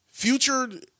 Future